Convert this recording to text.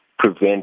Prevent